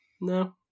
No